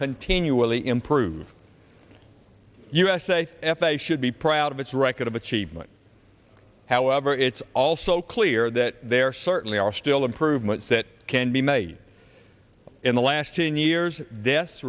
continually improve usa f a a should be proud of its record of achievement however it's also clear that there certainly are still improvements that can be made in the last ten years